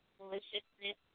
maliciousness